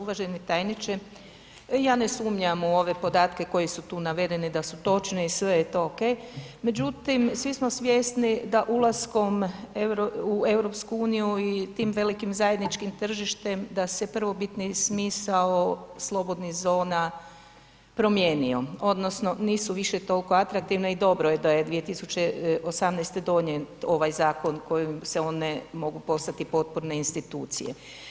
Uvaženi tajniče, ja ne sumnjam u ove podatke koji su tu navedeni da su točni i sve je to OK, međutim svi smo svjesni da ulaskom u EU i tim velikim zajedničkim tržištem da se prvobitni smisao slobodnih zona promijenio odnosno nisu više toliko atraktivne i dobro je da je 2018. donijet ovaj zakon kojim se one mogu postati potporne institucije.